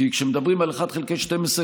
כי כשמדברים על 1 חלקי 12,